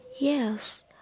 Yes